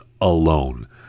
alone